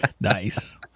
nice